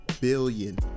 billion